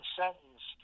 sentence